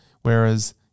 Whereas